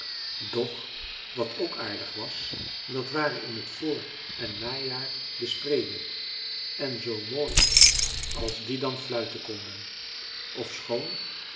doch wat ook aardig was dat waren in het vooren najaar de spreeuwen en zoo mooi als die dan fluiten konden ofschoon